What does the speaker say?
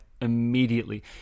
immediately